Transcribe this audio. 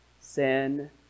Sin